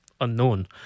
unknown